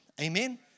amen